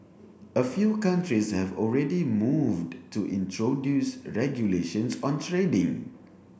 a few countries have already moved to introduce regulations on trading